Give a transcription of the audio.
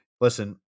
Listen